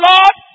Lord